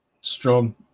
Strong